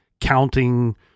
counting